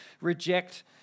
reject